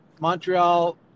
Montreal